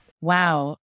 Wow